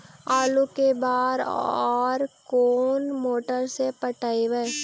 आलू के बार और कोन मोटर से पटइबै?